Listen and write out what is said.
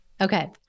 Okay